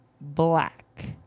black